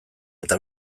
eta